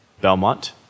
Belmont